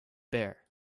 bare